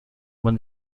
when